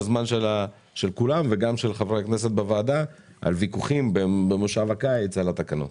הזמן של כולם וגם של חברי הכנסת בוועדה על ויכוחים במושב הקיץ בתקנות.